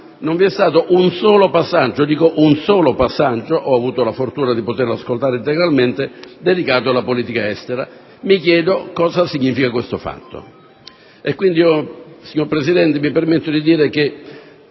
non vi è stato un solo passaggio, dico un solo passaggio - ho avuto la fortuna di poterlo ascoltare integralmente - dedicato alla politica estera. Mi chiedo cosa significhi questo fatto. Quindi, signor Presidente, mi permetto, dando pure